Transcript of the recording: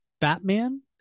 Batman